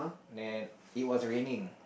then it was raining